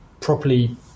properly